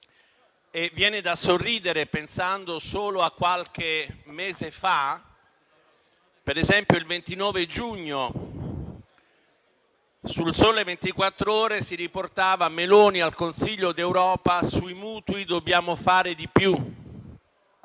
e viene da sorridere pensando solo che qualche mese fa, per esempio il 29 giugno, «Il Sole 24 Ore» titolava: «Meloni al Consiglio europeo: sui mutui dobbiamo fare di più»;